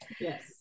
yes